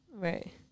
Right